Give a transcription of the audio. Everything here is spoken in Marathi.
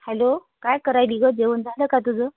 हॅलो काय करायली गं जेवण झालं का तुझं